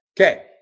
Okay